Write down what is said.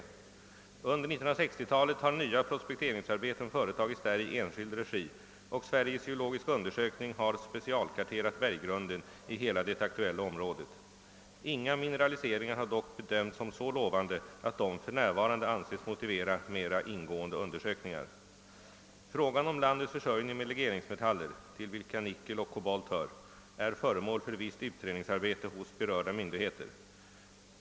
Under 1960-talet har nya prospekteringsarbeten företagits där i enskild regi, och Sveriges geologiska undersökning har specialkarterat berggrunden i hela det aktuella området. Inga mineraliseringar har dock bedömts som så lovande att de för närvarande anses motivera mera ingående undersökningar. Frågan om landets :försörjning med legeringsmetaller, till vilka nickel och kobolt hör, är föremål för visst utredningsarbete hos berörda myndigheter.